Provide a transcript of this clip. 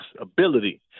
ability